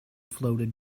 floated